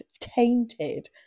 tainted